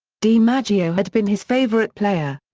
dimaggio had been his favorite player.